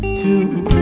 two